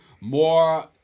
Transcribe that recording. more